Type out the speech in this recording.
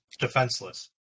defenseless